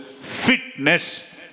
fitness